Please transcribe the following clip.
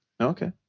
Okay